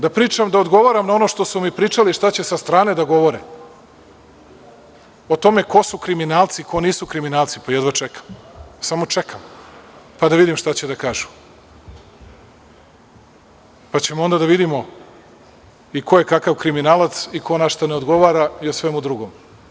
Da odgovaram na ono što su mi pričali šta će sa strane da govore, o tome ko su kriminalci, ko nisu kriminalci, pa jedva čekam, samo čekam, pa da vidim šta će da kažu, pa ćemo onda da vidimo i ko je kakav kriminalac i ko na šta ne odgovara i o svemu drugom.